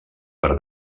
per